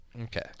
Okay